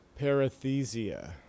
Parathesia